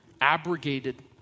abrogated